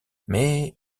mais